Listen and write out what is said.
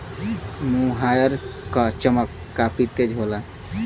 मोहायर क चमक काफी तेज होला